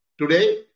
Today